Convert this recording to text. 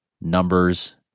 numbers